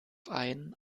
ein